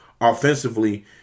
offensively